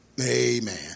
Amen